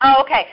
Okay